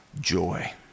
joy